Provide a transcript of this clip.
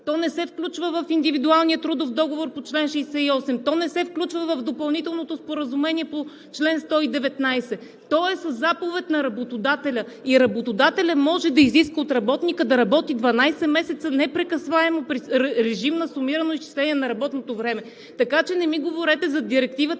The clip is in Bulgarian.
не се включва в индивидуалния трудов договор по чл. 68 и не се включва в допълнителното споразумение по чл. 119. То е със заповед на работодателя и работодателят може да изисква от работника да работи 12 месеца непрекъсваемо при режим на сумирано изчисление на работното време. Така че не ми говорете за Директивата,